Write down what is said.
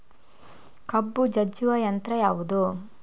ಕಬ್ಬು ಜಜ್ಜುವ ಯಂತ್ರ ಯಾವುದು?